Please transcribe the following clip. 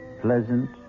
pleasant